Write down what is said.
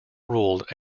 ruled